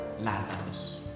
Lazarus